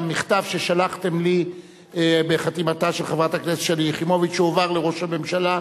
המכתב ששלחתם לי בחתימתה של חברת הכנסת שלי יחימוביץ הועבר לראש הממשלה.